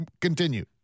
continue